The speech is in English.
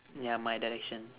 ya my direction